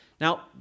Now